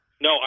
No